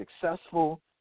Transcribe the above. successful